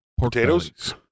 potatoes